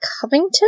Covington